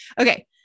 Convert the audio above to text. okay